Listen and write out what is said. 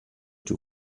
two